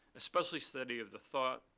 especially study of the thought,